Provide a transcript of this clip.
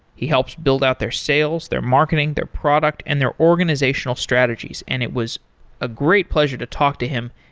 he helps build out their sales, their marketing, their product and their organizational strategies, and it was a great pleasure to talk to him.